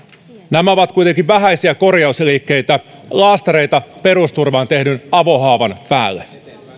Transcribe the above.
nämä ovat kuitenkin vähäisiä korjausliikkeitä laastareita perusturvaan tehdyn avohaavan päälle